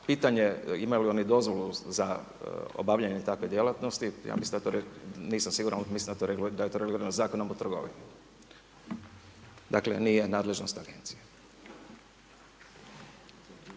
pitanje, imaju li oni dozvolu za obavljanje takve djelatnosti, nisam siguran, ali mislim da je to regulirano Zakonom o trgovini. Dakle, nije nadležnost Agencije.